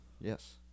Yes